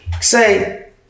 say